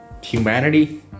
humanity